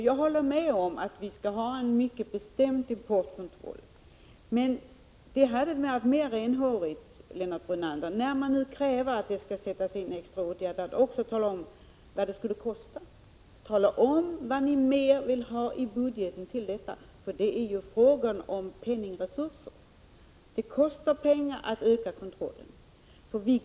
Jag håller med om att vi skall ha en mycket bestämd importkontroll, men det hade varit mera renhårigt, Lennart Brunander, när man nu kräver att det skall sättas in extra åtgärder, att också tala om vad de skulle kosta. Tala om vad ni mer vill ha i budgeten till detta, för det är ju fråga om penningresurser! Det kostar pengar att öka kontrollen.